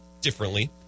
differently